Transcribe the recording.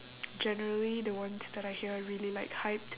generally the ones that I hear are really like hyped